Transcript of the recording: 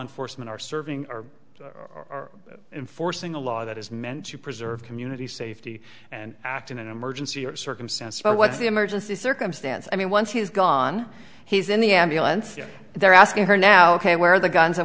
enforcement are serving or enforcing a law that is meant to preserve community safety and act in an emergency or circumstance but what's the emergency circumstance i mean once he is gone he's in the ambulance and they're asking her now ok where are the guns